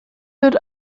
wird